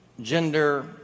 gender